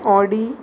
Audi